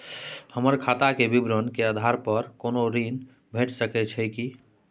हमर खाता के विवरण के आधार प कोनो ऋण भेट सकै छै की?